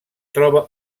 troba